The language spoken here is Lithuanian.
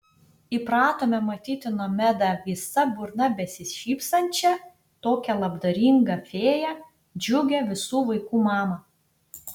įpratome matyti nomedą visa burna besišypsančią tokią labdaringą fėją džiugią visų vaikų mamą